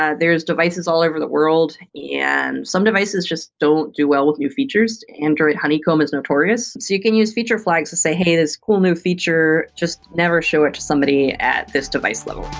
ah there are devices all over the world and some devices just don't do well with new features. android honeycomb is notorious. you can use feature flags to say, hey, this cool new feature, just never show it to somebody at this device level.